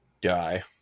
die